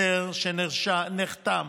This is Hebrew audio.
להסדר שנחתם: